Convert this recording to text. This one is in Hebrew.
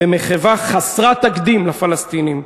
במחווה חסרת תקדים לפלסטינים.